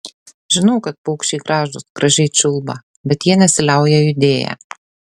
žinau kad paukščiai gražūs gražiai čiulba bet jie nesiliauja judėję